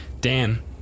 Dan